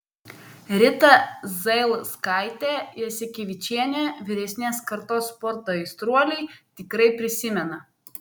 ritą zailskaitę jasikevičienę vyresnės kartos sporto aistruoliai tikrai prisimena